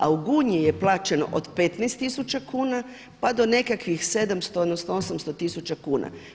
A u Gunji je plaćeno od 15 tisuća kuna pa do nekakvih 700 odnosno 800 tisuća kuna.